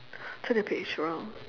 turn the page around